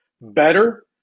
better